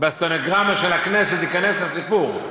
בסטנוגרמה של הכנסת ייכנס הסיפור.